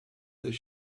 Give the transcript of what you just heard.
this